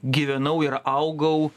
gyvenau ir augau